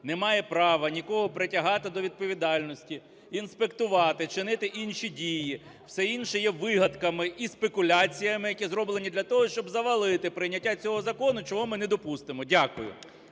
не має права нікого притягати до відповідальності, інспектувати, чинити інші дії. Все інше є вигадками і спекуляціями, які зроблені для того, щоб завалити прийняття цього закону, чого ми не допустимо. Дякую.